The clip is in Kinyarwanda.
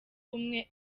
umwe